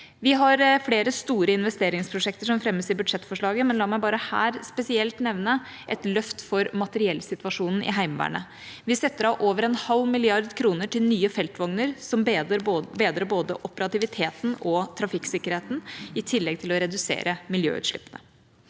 Vi har flere store investeringsprosjekter som fremmes i budsjettforslaget, men la meg bare her spesielt nevne et løft for materiellsituasjonen i Heimevernet. Vi setter av over en halv milliard kroner til nye feltvogner som bedrer både operativiteten og trafikksikkerheten, i tillegg til å redusere miljøutslippene.